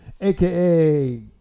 aka